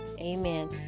amen